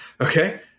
okay